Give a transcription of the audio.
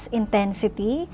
intensity